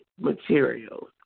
materials